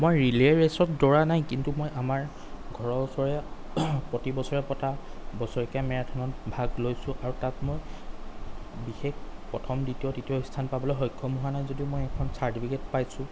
মই ৰিলে ৰেচত দৌৰা নাই কিন্তু মই আমাৰ ঘৰৰ ওচৰৰে প্ৰতি বছৰে পতা বছৰেকীয়া মেৰেথেনত ভাগ লৈছোঁ আৰু তাত মই বিশেষ প্ৰথম দ্বিতীয় তৃতীয় স্থান পাবলৈ সক্ষম হোৱা নাই যদিও মই এখন চাৰ্টিফিকেট পাইছোঁ